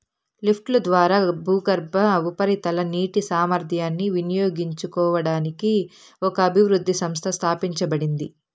లిఫ్ట్ల ద్వారా భూగర్భ, ఉపరితల నీటి సామర్థ్యాన్ని వినియోగించుకోవడానికి ఒక అభివృద్ధి సంస్థ స్థాపించబడింది